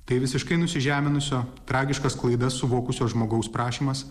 tai visiškai nusižeminusio tragiškas klaidas suvokusio žmogaus prašymas